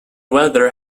weather